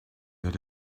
that